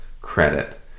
credit